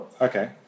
Okay